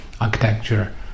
architecture